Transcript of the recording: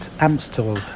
Amstel